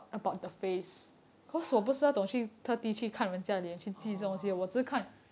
orh